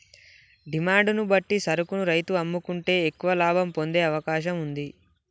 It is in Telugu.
డిమాండ్ ను బట్టి సరుకును రైతు అమ్ముకుంటే ఎక్కువ లాభం పొందే అవకాశం వుంది